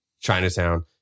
chinatown